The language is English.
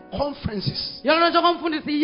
conferences